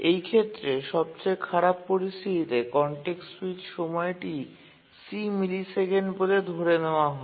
এই ক্ষেত্রে সবচেয়ে খারাপ পরিস্থিতিতে কনটেক্সট স্যুইচ সময়টি c মিলিসেকেন্ড বলে ধরে নেওয়া হয়